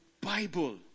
Bible